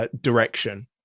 Direction